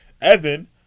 Evan